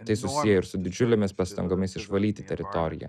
tai susiję ir su didžiulėmis pastangomis išvalyti teritoriją